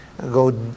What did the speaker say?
go